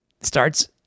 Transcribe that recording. starts